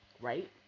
right